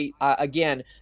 Again